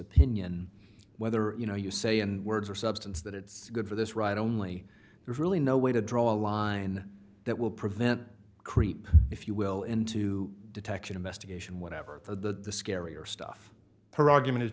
opinion whether you know you say in words or substance that it's good for this right only there's really no way to draw a line that will prevent creep if you will into detection investigation whatever the scarier stuff her argument is